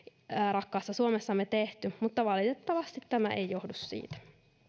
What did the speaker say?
rakkaassa suomessamme tehty mutta valitettavasti tämä ei johdu siitä